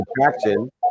attraction